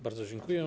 Bardzo dziękuję.